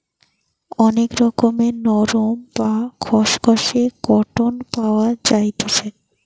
অনেক রকমের নরম, বা খসখসে কটন পাওয়া যাইতেছি